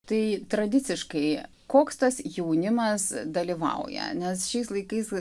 tai tradiciškai koks tas jaunimas dalyvauja nes šiais laikais